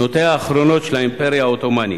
שנותיה האחרונות של האימפריה העות'מאנית.